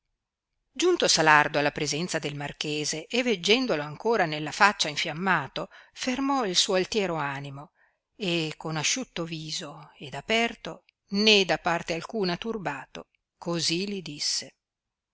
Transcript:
giunto salardo alla presenza del marchese e veggendolo ancora nella faccia infiammato fermò il suo altiero animo e con asciutto viso ed aperto né da parte alcuna turbato così li disse